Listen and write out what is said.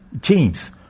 James